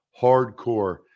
hardcore